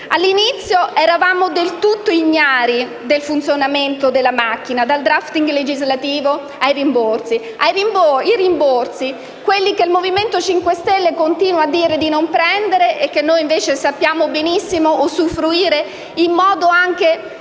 All'inizio eravamo del tutto ignari del funzionamento della macchina, dal *drafting* legislativo ai rimborsi. I rimborsi, quelli che il Movimento 5 Stelle continua a dire di non prendere e che noi invece sappiamo benissimo vengono usufruiti in modo anche